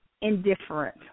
indifferent